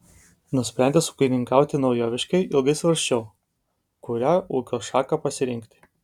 nusprendęs ūkininkauti naujoviškai ilgai svarsčiau kurią ūkio šaką pasirinkti